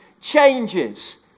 changes